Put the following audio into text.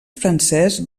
francès